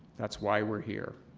that's why we're here.